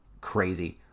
crazy